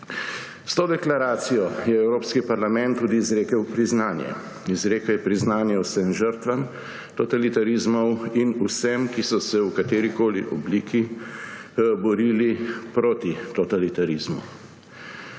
S to deklaracijo je Evropski parlament tudi izrekel priznanje. Izrekel je priznanje vsem žrtvam totalitarizmov in sem, ki so se v katerikoli obliki borili proti totalitarizmu.